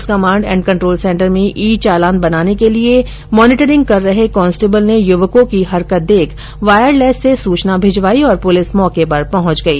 police command and control centre में e challan बनाने के लिए एलईडी पर मॉनिटरिंग कर रहे कांस्टेबल ने युवकों की हरकत देख वायरलैस से सूचना भिजवाई और पुलिस मौके पर पहुंच गई